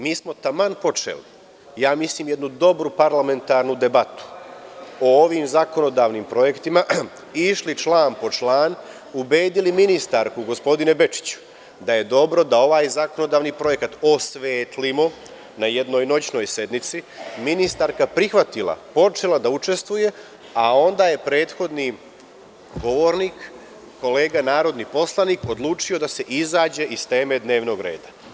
Mi smo taman počeli, ja mislim, jednu dobru parlamentarnu debatu o ovim zakonodavnim projektima i išli član po član, ubedili ministarku, gospodine Bečiću, da je dobro da ovaj zakonodavni projekat osvetlimo na jednoj noćnoj sednici, ministarka prihvatila, počela da učestvuje, a onda je prethodni govornik, kolega narodni poslanik odlučio da se izađe iz teme dnevnog reda.